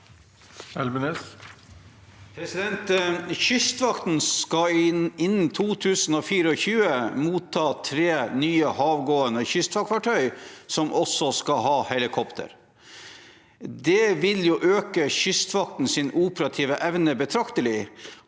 Kystvakten skal innen 2024 motta tre nye havgående kystvaktfartøy som også skal ha helikopter. Det vil øke Kystvaktens operative evne betraktelig